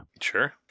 Sure